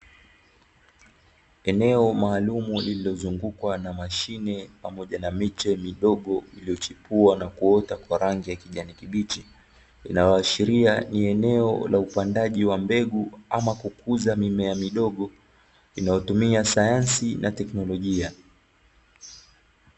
Eneo maalum liliyozungukwa na mashine pamoja na miche midogo iliyochipua na kuota kwa rangi ya kijani kibichi, inayoashiria ni eneo la upandaji wa mbegu ama kukuza mimea midogo inayotumia sayansi na teknolojia.